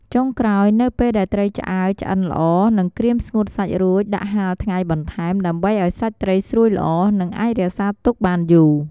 ចុងក្រោយនៅពេលដែលត្រីឆ្អើរឆ្អិនល្អ និងក្រៀមស្ងួតសាច់រួចដាក់ហាលថ្ងៃបន្ថែម ដើម្បីឱ្យសាច់ត្រីស្រួយល្អ និងអាចរក្សាទុកបានយូរ។